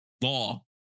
law